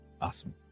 Awesome